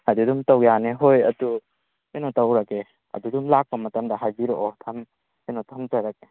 ꯑꯗꯣ ꯑꯗꯨꯝ ꯇꯧ ꯌꯥꯅꯤ ꯍꯣꯏ ꯑꯗꯣ ꯀꯩꯅꯣ ꯇꯧꯔꯒꯦ ꯑꯗꯣ ꯑꯗꯨꯝ ꯂꯥꯛꯄ ꯃꯇꯝꯗ ꯍꯥꯏꯕꯤꯔꯛꯑꯣ ꯊꯝ ꯀꯩꯅꯣ ꯊꯝꯖꯔꯒꯦ